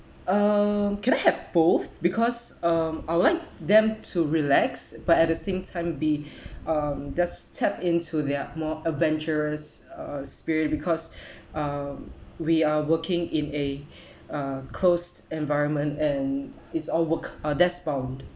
um can I have both because um I would like them to relax but at the same time be um does tap into their more adventurous uh spirit because um we are working in a uh close environment and it's all work or desk bound